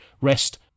rest